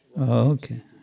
Okay